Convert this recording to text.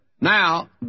Now